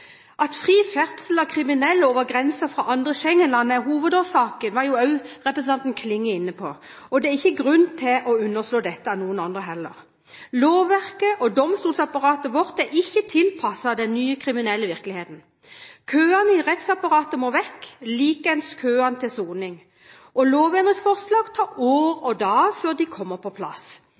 At fri ferdsel av kriminelle over grensen fra andre Schengen-land er hovedårsaken, var også representanten Klinge inne på, og det er ingen grunn til å underslå dette – heller ikke av andre. Lovverket og domstolsapparatet vårt er ikke tilpasset den nye kriminelle virkeligheten. Køene i rettsapparatet må vekk, like ens køene for soning. Det tar år og dag før lovendringsforslag kommer på plass.